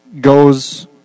goes